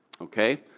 Okay